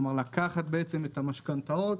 לקחת את המשכנתאות,